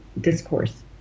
discourse